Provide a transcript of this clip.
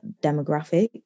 demographic